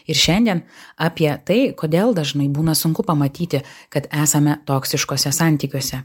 ir šiandien apie tai kodėl dažnai būna sunku pamatyti kad esame toksiškuose santykiuose